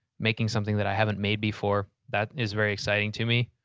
making something that i haven't made before, that is very exciting to me.